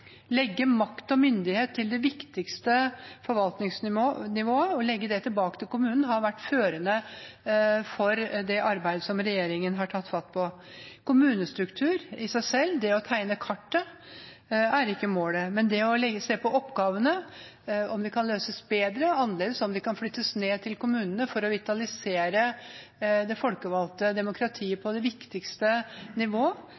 legge makt og myndighet til det viktigste forvaltningsnivået, legge det tilbake til kommunen, har vært førende for det arbeidet som regjeringen har tatt fatt på. Kommunestruktur i seg selv, det å tegne kartet, er ikke målet, men det å se på oppgavene, om de kan løses bedre og annerledes, om de kan flyttes ned til kommunene for å vitalisere det folkevalgte demokratiet